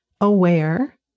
aware